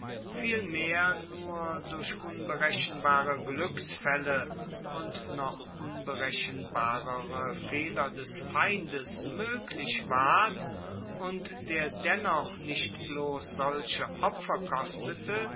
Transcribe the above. vielmehr nur durch unberechenbare gluecksfaelle und noch unberechenbarere fehler des feindes moeglich ward und der dennoch nicht bloss solche opfer kostete